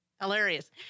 Hilarious